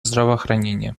здравоохранения